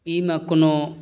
ई मे कोनो